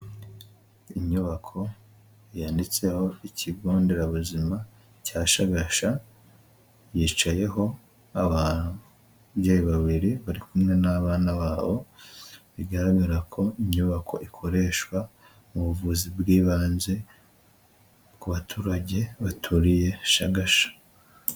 Inyubako yanditseho ikigo nderabuzima cya Shagasha, yicayeho abantu, ababyeyi babiri bari kumwe n'abana babo, bigaragara ko inyubako ikoreshwa mu buvuzi bw'ibanze ku baturage baturiye Shagasha.